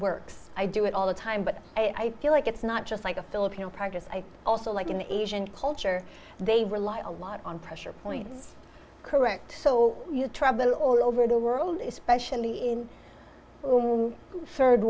works i do it all the time but i feel like it's not just like a filipino practice i also like in asian culture they rely a lot on pressure points correct so you travel all over the world especially in third